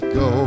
go